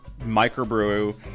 microbrew